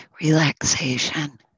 relaxation